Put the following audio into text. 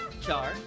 char